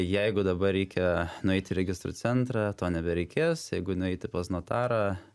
jeigu dabar reikia nueiti į registrų centrą to nebereikės jeigu nueiti pas notarą